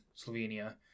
Slovenia